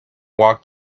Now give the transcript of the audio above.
walked